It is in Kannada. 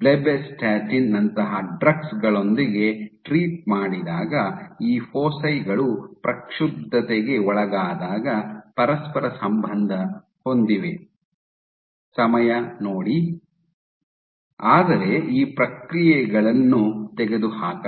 ಬ್ಲೆಬ್ಬಾಸ್ಟಾಟಿನ್ ನಂತಹ ಡ್ರಗ್ಸ್ ಗಳೊಂದಿಗೆ ಟ್ರೀಟ್ ಮಾಡಿದಾಗ ಈ ಫೋಸಿ ಗಳು ಪ್ರಕ್ಷುಬ್ದತೆಗೆ ಒಳಗಾದಾಗ ಪರಸ್ಪರ ಸಂಬಂಧ ಹೊಂದಿವೆ ಸಮಯ ನೋಡಿ 2621 ಆದರೆ ಈ ಕ್ರಿಯೆಗಳನ್ನು ತೆಗೆದುಹಾಕಲಾಗಿದೆ